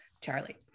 Charlie